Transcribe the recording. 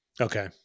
okay